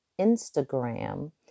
Instagram